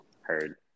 Heard